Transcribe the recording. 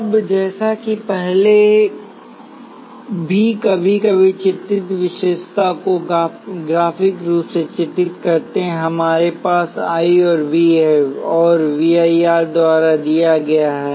अब जैसा कि हम पहले भी कभी कभी चित्रित विशेषता को ग्राफिक रूप से चित्रित करते हैं हमारे पास I और V है और V I R द्वारा दिया गया है